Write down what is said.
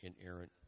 inerrant